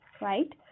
right